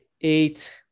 eight